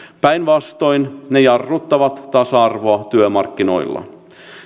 päinvastoin ne jarruttavat tasa arvoa työmarkkinoilla